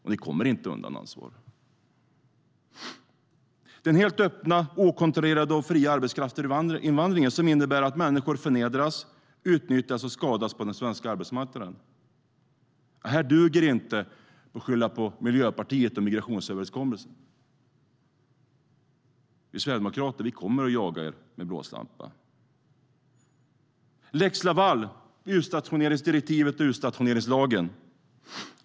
Ni kommer inte undan ansvar. Sedan är det lex Laval, utstationeringsdirektivet och utstationeringslagen.